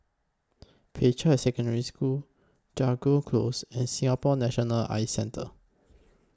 Peicai Secondary School Jago Close and Singapore National Eye Centre